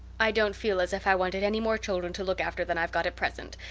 i don't feel as if i wanted any more children to look after than i've got at present.